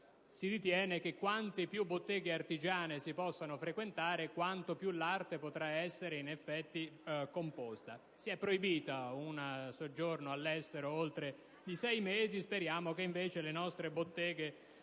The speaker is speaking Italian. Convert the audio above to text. si ritiene che quante più botteghe artigiane si possono frequentare, tanto più l'arte potrà essere, in effetti, composta. Si è proibito un soggiorno all'estero superiore ai sei mesi. Speriamo, invece, che le nostre botteghe